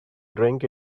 drink